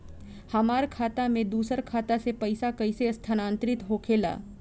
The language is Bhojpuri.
हमार खाता में दूसर खाता से पइसा कइसे स्थानांतरित होखे ला?